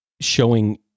showing